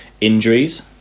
injuries